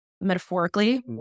metaphorically